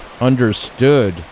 understood